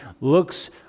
looks